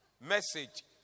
Message